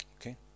Okay